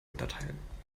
unterteilen